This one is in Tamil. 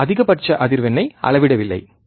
நாம் அதிகபட்ச அதிர்வெண்ணை அளவிடவில்லை